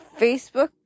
Facebook